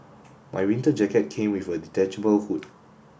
my winter jacket came with a detachable hood